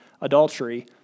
adultery